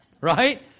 Right